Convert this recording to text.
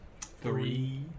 Three